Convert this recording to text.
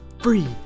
Free